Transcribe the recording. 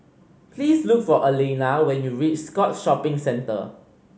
please look for Alayna when you reach Scotts Shopping Centre